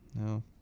No